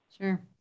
Sure